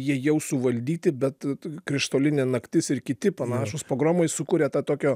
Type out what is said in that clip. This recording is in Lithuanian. jie jau suvaldyti bet krištolinė naktis ir kiti panašūs pogromai sukuria tą tokio